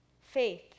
faith